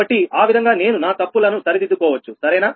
కాబట్టి ఆ విధంగా నేను నా తప్పులను సరిదిద్దుకోవచ్చు సరేనా